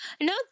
No